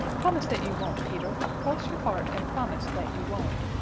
promise that you won't, peter. cross your heart and promise that you won't.